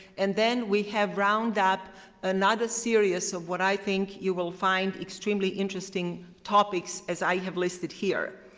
and then we have round up another series of what i think you will find extremely interesting topics as i have listed here.